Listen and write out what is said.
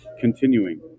Continuing